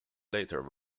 later